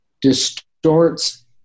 distorts